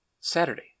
Saturday